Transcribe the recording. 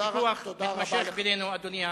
יש ויכוח מתמשך בינינו, אדוני השר.